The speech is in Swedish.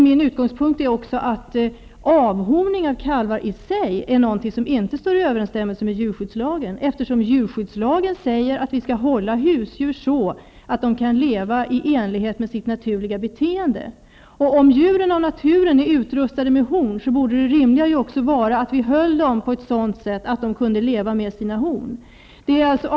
Min ståndpunkt är också den att avhorning av kalvar inte står i överensstämmelse med djurskyddslagen. Den säger nämligen att vi skall hålla husdjur så, att de kan leva i enlighet med sitt naturliga beteende. Om djuren av naturen är utrustade med horn, borde det också vara rimligt att vi höll dem på ett sådant sätt att de kunde leva med sina horn.